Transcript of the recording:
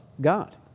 God